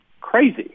crazy